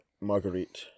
Marguerite